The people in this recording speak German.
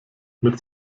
mit